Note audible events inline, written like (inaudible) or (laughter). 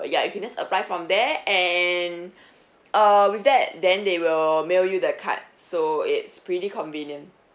ya you can just apply from there and (breath) err with that then they will mail you the card so it's pretty convenient